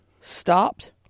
stopped